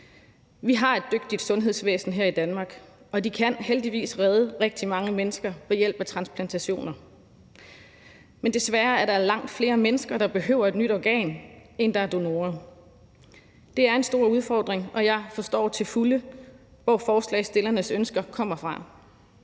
Vi har et dygtigt sundhedsvæsen her i Danmark, og man kan heldigvis redde rigtig mange mennesker ved hjælp af transplantationer. Men desværre er der langt flere mennesker, der behøver et nyt organ, end der er donorer. Det er en stor udfordring, og jeg forstår til fulde, hvor forslagsstillernes ønsker kommer fra.